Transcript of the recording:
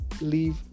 leave